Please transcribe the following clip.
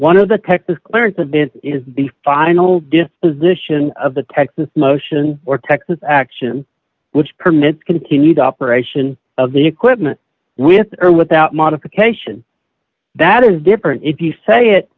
of in the final disposition of the texas motion or texas action which permits continued operation of the equipment with or without modification that is different if you say it